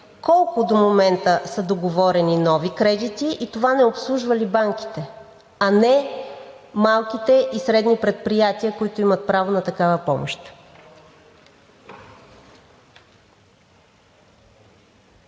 Колко до момента са договорените нови кредити и това не обслужва ли банките, а не малките и средни предприятия, които имат право на такава помощ?